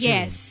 Yes